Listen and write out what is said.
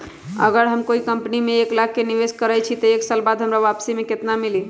अगर हम कोई कंपनी में एक लाख के निवेस करईछी त एक साल बाद हमरा वापसी में केतना मिली?